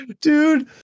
Dude